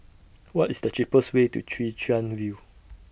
What IS The cheapest Way to Chwee Chian View